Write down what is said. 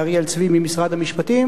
לאריאל צבי ממשרד המשפטים,